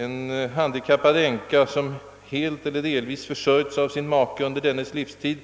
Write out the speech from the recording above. En handikappad änka, som helt eller delvis försörjts av sin make under dennes livstid,